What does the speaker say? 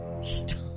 Stop